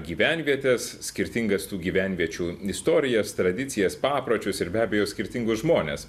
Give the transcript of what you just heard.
gyvenvietes skirtingas tų gyvenviečių istorijas tradicijas papročius ir be abejo skirtingus žmones